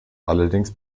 allerdings